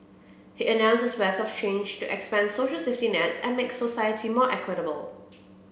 he announced a swathe of change to expand social safety nets and make society more equitable